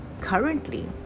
currently